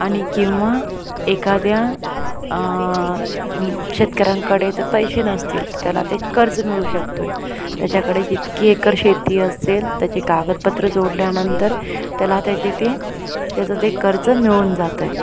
आणि किंवा एखाद्या शेतकऱ्याकडे जर पैसे नसतील तर त्याला ते कर्ज मिळू शकतो आहे त्याच्याकडे जितकी एकर शेती असेल त्याचे कागदपत्र जोडल्यानंतर त्याला त्याची ती त्याचं ते कर्ज मिळून जात आहे